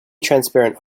transparent